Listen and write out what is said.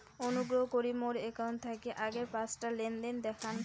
অনুগ্রহ করি মোর অ্যাকাউন্ট থাকি আগের পাঁচটা লেনদেন দেখান